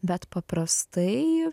bet paprastai